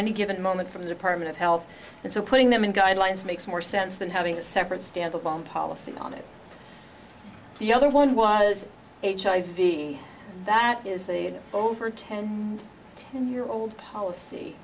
any given moment from the department of health and so putting them in guidelines makes more sense than having a separate stand alone policy on it the other one was hiv that is over ten ten year old policy